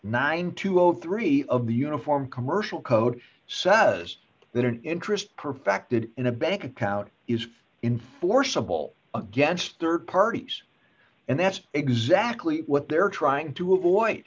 to three of the uniform commercial code says that an interest perfected in a bank account is in forcible against rd parties and that's exactly what they're trying to avoid